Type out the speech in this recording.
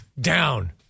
down